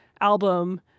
album